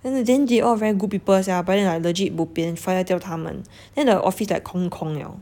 then they all very good people sia but then like legit bo pian fire 掉他们 then like office like 空空 liao